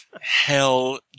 Hell